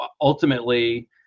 ultimately